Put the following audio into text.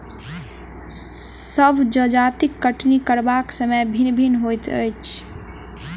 सभ जजतिक कटनी करबाक समय भिन्न भिन्न होइत अछि